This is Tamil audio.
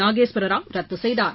நாகேஸ்வர ராவ் ரத்து செய்தார்